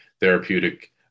therapeutic